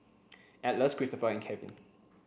Atlas Christopher and Kevin